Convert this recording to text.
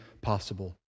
possible